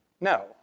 No